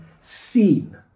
seen